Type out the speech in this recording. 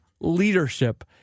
leadership